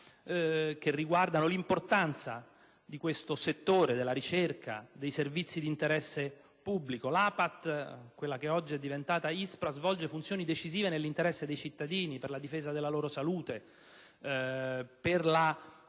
che riguardano l'importanza di questo settore della ricerca e dei servizi d'interesse pubblico. L'APAT, che oggi è diventata ISPRA, svolge funzioni decisive nell'interesse dei cittadini, per la difesa della loro salute e per la